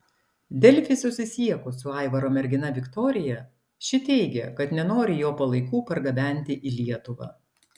delfi susisiekus su aivaro mergina viktorija ši teigė kad nenori jo palaikų pergabenti į lietuvą